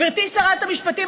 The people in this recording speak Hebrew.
גברתי שרת המשפטים,